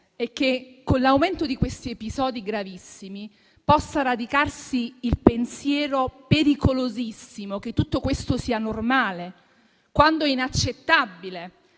è che, con l'aumento di questi episodi gravissimi, possa radicarsi il pensiero pericolosissimo che tutto questo sia normale, quando è inaccettabile.